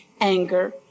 anger